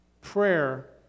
prayer